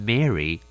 Mary